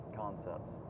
concepts